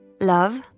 Love